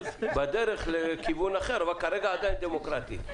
בדרך לכיוון אחר, אבל כרגע עדיין דמוקרטית.